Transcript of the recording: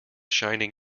shining